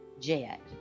jet